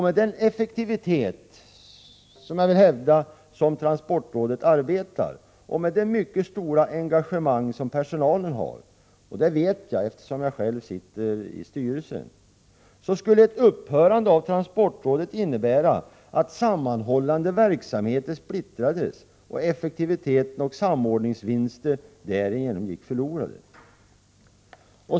Med den effektivitet som transportrådet ålägger och med det mycket stora engagemang som personalen har — det vet jag eftersom jag själv sitter med i styrelsen — skulle ett upphörande av transportrådet innebära att sammanhållande verksamheter splittrades och effektivitet och samordningsvinster därigenom gick förlorade.